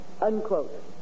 unquote